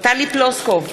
טלי פלוסקוב,